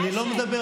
אני לא יודעת?